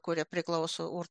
kuri priklauso ur